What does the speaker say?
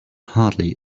hardly